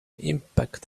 impact